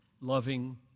loving